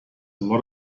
lot